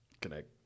Connect